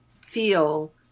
feel